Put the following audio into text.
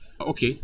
okay